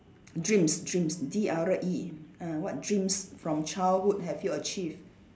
dreams dreams D R E ah what dreams from childhood have you achieved